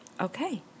okay